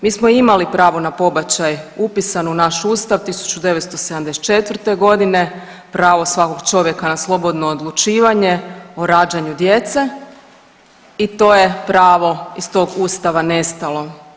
Mi smo imali pravo na pobačaj upisan u naš ustav 1974.g., pravo svakog čovjeka na slobodno odlučivanje o rađanju djece i to je pravo iz tog ustava nestalo.